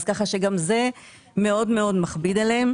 אז ככה שגם זה מאוד מאוד מכביד עליהם.